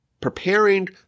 preparing